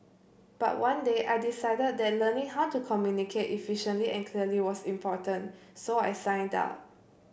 but one day I decided that learning how to communicate efficiently and clearly was important so I signed up